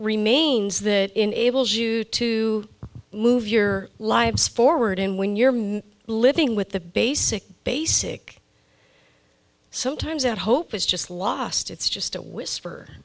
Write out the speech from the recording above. remains that enables you to move your lives forward and when you're living with the basic basic sometimes that hope is just lost it's just a whisper